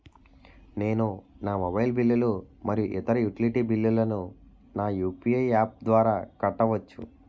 నేను నా మొబైల్ బిల్లులు మరియు ఇతర యుటిలిటీ బిల్లులను నా యు.పి.ఐ యాప్ ద్వారా కట్టవచ్చు